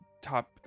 top